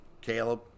Caleb